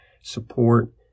support